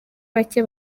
bake